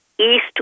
East